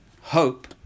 hope